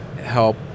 help